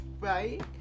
Right